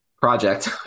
project